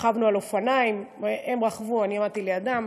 רכבנו על אופניים, הם רכבו, אני עמדתי לידם,